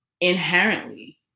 inherently